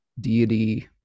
deity